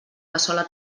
cassola